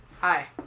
Hi